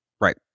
right